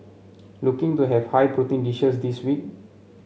looking to have high protein dishes this week